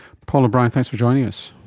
paul o'brien, thanks for joining us.